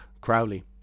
Crowley